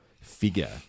figure